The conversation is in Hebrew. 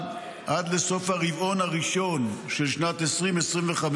עד לסוף הרבעון הראשון של שנת 2025,